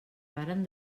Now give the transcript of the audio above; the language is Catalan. varen